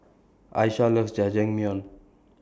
Aisha loves Jajangmyeon